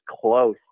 close